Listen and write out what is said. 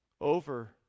over